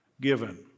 given